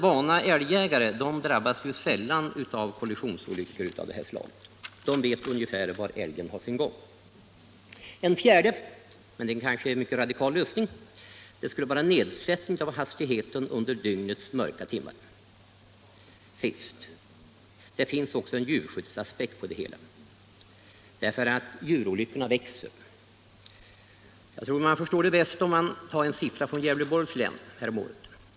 Vana älgjägare drabbas ju sällan av kollisionsolyckor av det här slaget. De vet ungefär var älgen har sin gång. En fjärde - men kanske mycket radikal — lösning skulle vara nedsättning av hastigheten under dygnets mörka timmar. Slutligen finns det också en djurskyddsaspekt på det hela, eftersom djurolyckorna växer i antal. Jag tror att man förstår det bäst om man tar en siffra som avser Gävleborgs län häromåret.